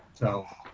so